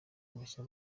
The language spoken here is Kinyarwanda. abashya